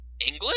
English